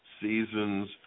season's